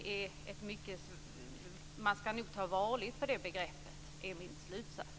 Man skall nog ta varligt på det begreppet, är min slutsats.